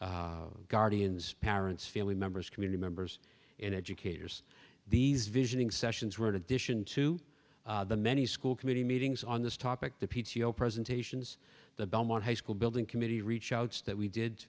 guardians parents family members community members and educators these visioning sessions were in addition to the many school committee meetings on this topic the p t o presentations the belmont high school building committee reach out that we did